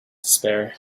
despair